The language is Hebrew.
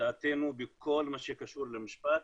דעתנו בכל מה שקשור למשפט.